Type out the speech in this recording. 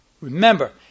Remember